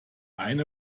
eine